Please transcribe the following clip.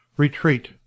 Retreat